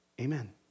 Amen